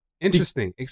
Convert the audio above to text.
interesting